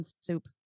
soup